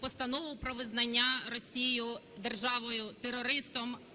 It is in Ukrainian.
Постанову про визнання Росії державою-терористом